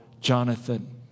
Jonathan